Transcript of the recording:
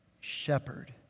Shepherd